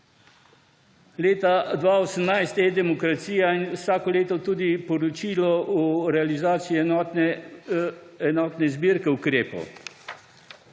Leta 2018 je e-demokracija in vsako leto tudi poročilo o realizaciji enotne zbirke ukrepov.